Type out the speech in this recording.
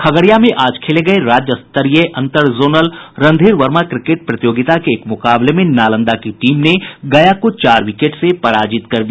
खगड़िया में आज खेले गये राज्य स्तरीय अंतर जोनल रणधीर वर्मा क्रिकेट प्रतियोगिता के एक मुकाबले में नालंदा की टीम ने गया को चार विकेट से पराजित कर दिया